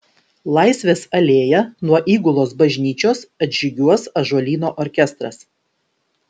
laisvės alėja nuo įgulos bažnyčios atžygiuos ąžuolyno orkestras